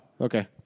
okay